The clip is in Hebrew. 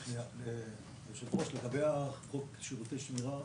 רק שנייה, היושב-ראש, לגבי חוק שירותי שמירה,